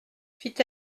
fit